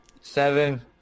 Seven